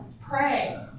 pray